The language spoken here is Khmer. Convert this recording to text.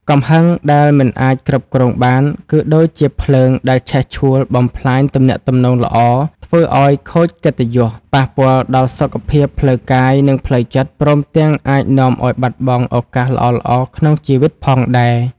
កំហឹងដែលមិនអាចគ្រប់គ្រងបាន គឺដូចជាភ្លើងដែលឆេះឆួលបំផ្លាញទំនាក់ទំនងល្អ ធ្វើឱ្យខូចកិត្តិយស ប៉ះពាល់ដល់សុខភាពផ្លូវកាយ និងផ្លូវចិត្ត ព្រមទាំងអាចនាំឱ្យបាត់បង់ឱកាសល្អៗក្នុងជីវិតផងដែរ។